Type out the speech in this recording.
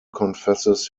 confesses